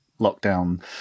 lockdown